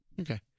Okay